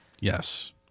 Yes